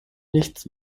nichts